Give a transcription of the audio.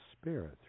Spirit